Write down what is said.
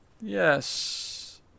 Yes